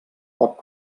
poc